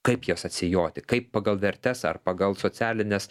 kaip jas atsijoti kaip pagal vertes ar pagal socialines